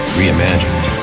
reimagined